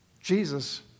Jesus